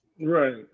Right